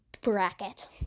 bracket